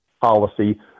policy